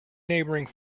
neighboring